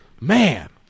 Man